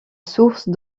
source